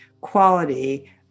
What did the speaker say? quality